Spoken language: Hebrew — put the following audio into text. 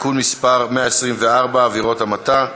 (תיקון מס' 124) (עבירות המתה),